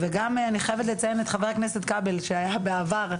גם אני חייבת לציין את חבר הכנסת כבל שהיה בעבר,